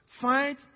Fight